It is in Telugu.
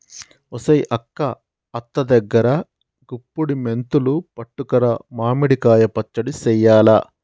ఒసెయ్ అక్క అత్త దగ్గరా గుప్పుడి మెంతులు పట్టుకురా మామిడి కాయ పచ్చడి సెయ్యాల